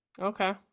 Okay